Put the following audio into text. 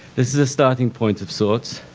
this is a starting point of sorts,